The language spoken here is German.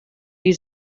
die